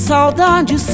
Saudade